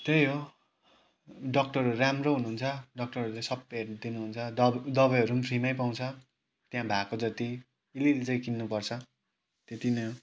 त्यही हो डक्टरहरू राम्रो हुनुहुन्छ डक्टरहरूले सब हेरिदिनुहुन्छ दबाई दबाईहरू पनि फ्रीमै पाउँछ त्यहाँ भएको जति अलिअलि चाहिँ किन्नुपर्छ त्यति नै हो